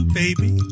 baby